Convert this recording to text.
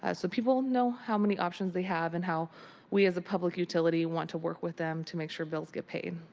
so people know how many options they have and how we as a public utility want to work with them to make sure bills get paid.